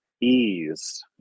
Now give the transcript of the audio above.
ease